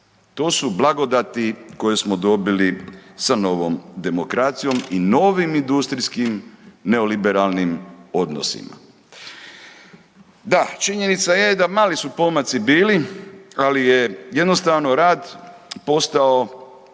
To su blagodati koje smo dobili sa novom demokracijom i novim industrijskim neoliberalnim odnosima. Da, činjenica je da mali pomaci su bili, ali je jednostavno rad postao